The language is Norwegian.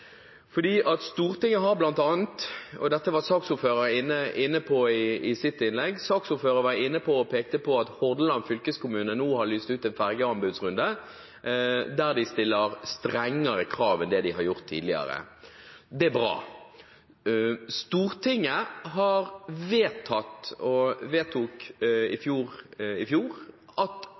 i sitt innlegg på at Hordaland fylkeskommune nå har lyst ut en fergeanbudsrunde der de stiller strengere krav enn de har gjort tidligere. Det er bra. Stortinget vedtok i fjor høst at alle nye fergeanbud skal baseres på lav- og